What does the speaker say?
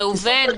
ראובן,